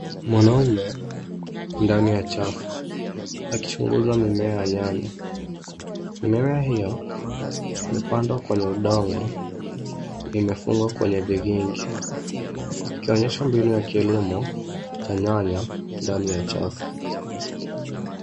Mwanaume ndani ya chafu akichunguza mimea ya nyanya. Mimea hiyo imepandwa kwenye udongo limefungwa kwenye vigingi ikionyesha mbinu ya kilimo cha nyanya ndani ya chafu.